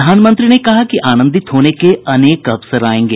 प्रधानमंत्री ने कहा कि आनंदित होने के अनेक अवसर आएंगे